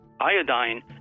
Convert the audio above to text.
iodine